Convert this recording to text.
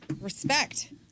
Respect